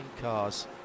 cars